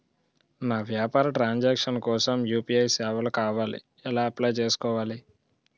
నా వ్యాపార transaction కోసం యు.పి.ఐ సేవలు కావాలి ఎలా అప్లయ్ చేసుకోవాలి?